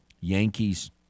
Yankees